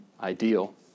ideal